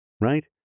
right